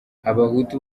abahutu